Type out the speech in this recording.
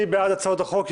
החוק.